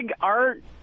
art